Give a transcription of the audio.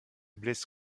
blesse